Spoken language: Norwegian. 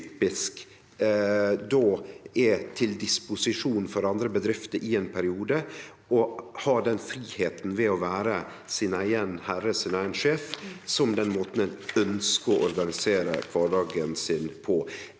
er til disposisjon for andre bedrifter i ein periode, og som har den fridomen å vere sin eigen herre og sin eigen sjef, og det er den måten ein ønskjer å organisere kvardagen sin på.